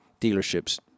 dealerships